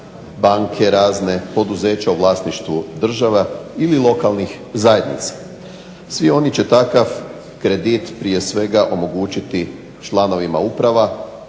banke razne, poduzeća u vlasništvu države ili lokalnih zajednica. Svi oni će takav kredit prije svega omogućiti članovima uprava